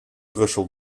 brussel